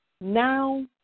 now